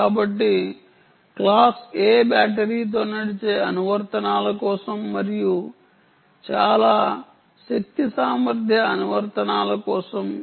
కాబట్టి class A బ్యాటరీతో నడిచే అనువర్తనాల కోసం మరియు చాలా చాలా శక్తి సామర్థ్య అనువర్తనాల కోసం